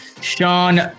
Sean